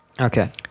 okay